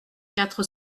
quatre